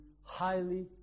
highly